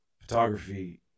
photography